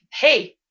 Hey